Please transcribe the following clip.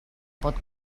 pot